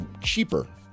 cheaper